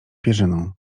pierzyną